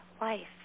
life